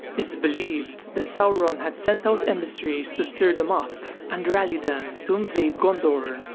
it's believed that sauron had sent out emissaries to stir them up, and rally them to invade gondor,